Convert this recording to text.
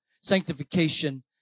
Sanctification